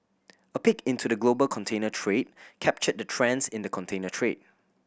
a peek into the global container trade captured the trends in the container trade